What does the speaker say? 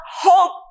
hope